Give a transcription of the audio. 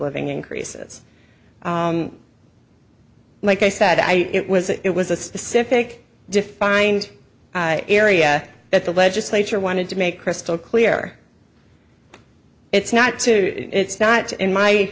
living increases like i said i it was it was a specific defined area that the legislature wanted to make crystal clear it's not too it's not in my